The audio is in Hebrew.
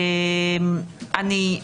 אני מסכימה.